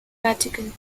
vatican